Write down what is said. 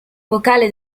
vocale